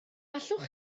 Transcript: allwch